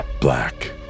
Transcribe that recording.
Black